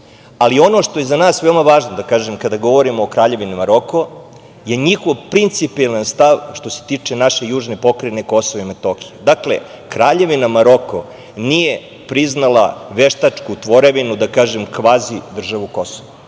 ono što je za nas veoma važno kada govorimo o Kraljevini Maroko je njihov principijelan stav što se tiče naše južne pokrajine Kosova i Metohije. Dakle, Kraljevina Maroko nije priznala veštačku tvorevinu kvazi državu Kosovo.